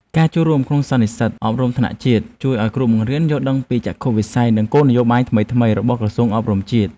ការចូលរួមក្នុងសន្និសីទអប់រំថ្នាក់ជាតិជួយឱ្យគ្រូបង្រៀនយល់ដឹងពីចក្ខុវិស័យនិងគោលនយោបាយថ្មីៗរបស់ក្រសួងអប់រំជាតិ។